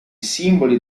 simboli